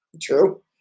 True